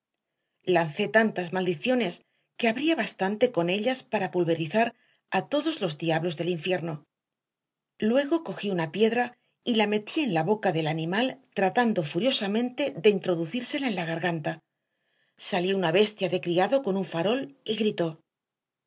grité lancé tantas maldiciones que habría bastante con ellas para pulverizar a todos los diablos del infierno luego cogí una piedra y la metí en la boca del animal tratando furiosamente de introducírsela en la garganta salió una bestia de criado con un farol y gritó